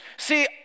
See